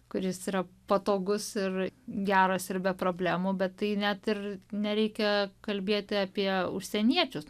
kuris yra patogus ir geras ir be problemų bet tai net ir nereikia kalbėti apie užsieniečius